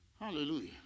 Hallelujah